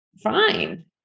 fine